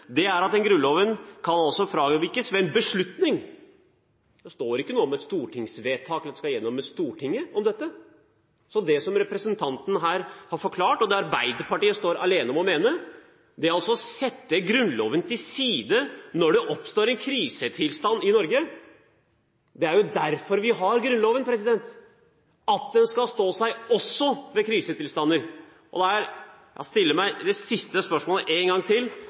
som står i den paragrafen, er at Grunnloven også kan fravikes ved en beslutning. Det står ikke noe om et stortingsvedtak – at det skal gjennom Stortinget. Det som representanten her har forklart, og det Arbeiderpartiet står alene om å mene, det er at man kan sette Grunnloven til side når det oppstår en krisetilstand i Norge. Men det er jo derfor vi har Grunnloven – at den skal stå seg også ved krisetilstander. Jeg stiller det siste spørsmålet en gang til: